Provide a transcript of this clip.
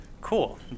cool